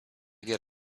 get